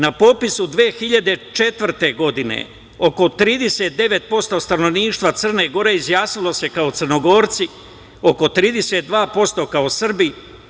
Na popisu 2004. godine oko 39% stanovništva Crne Gore izjasnilo se kao Crnogorci, oko 32% kao Srbi.